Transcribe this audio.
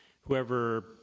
whoever